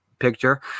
picture